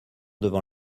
devant